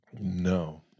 No